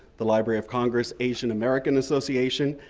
the library of congress asian american association,